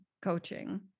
coaching